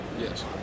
Yes